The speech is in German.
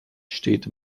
steht